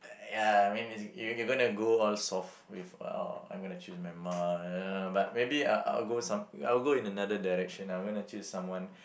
ya I mean is you gonna go all soft with uh I'm gonna choose my mom but maybe I'll I'll go some I'll go in another direction I'm gonna choose someone